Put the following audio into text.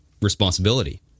responsibility